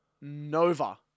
Nova